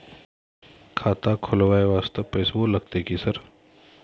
खाता खोलबाय वास्ते पैसो लगते की सर?